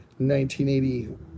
1980